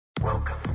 Welcome